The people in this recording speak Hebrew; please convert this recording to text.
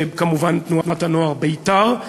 וכמובן תנועת הנוער בית"ר.